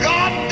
God